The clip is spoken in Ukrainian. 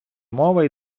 мова